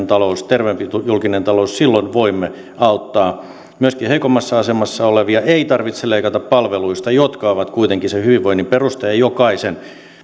talous terveempi julkinen talous silloin voimme auttaa myöskin heikommassa asemassa olevia ei tarvitse leikata palveluista jotka ovat kuitenkin se hyvinvoinnin perusta ja jokaisen